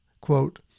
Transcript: quote